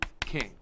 king